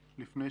בבקשה.